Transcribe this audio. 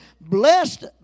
Blessed